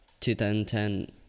2010